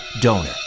donor